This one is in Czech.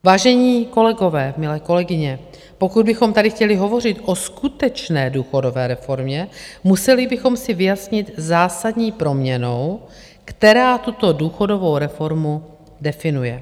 Vážení kolegové, milé kolegyně, pokud bychom tady chtěli hovořit o skutečné důchodové reformě, museli bychom si vyjasnit zásadní proměnnou, která tuto důchodovou reformu definuje.